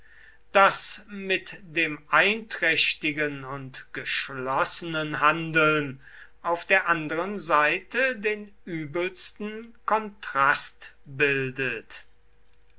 das mit dem einträchtigen und geschlossenen handeln auf der anderen seite den übelsten kontrast bildet